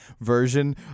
version